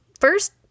First